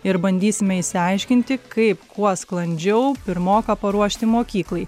ir bandysime išsiaiškinti kaip kuo sklandžiau pirmoką paruošti mokyklai